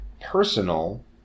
personal